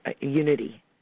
unity